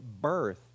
birth